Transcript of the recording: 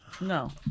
No